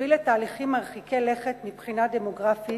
הביא לתהליכים מרחיקי לכת מבחינה דמוגרפית.